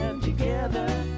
Together